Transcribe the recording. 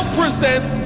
presents